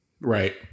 Right